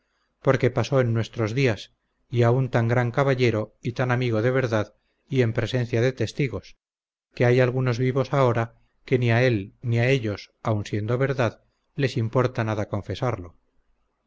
porque pasó en nuestros días y a un tan gran caballero y tan amigo de verdad y en presencia de testigos que hay algunos vivos ahora que ni a él ni a ellos aun siendo verdad les importa nada confesarlo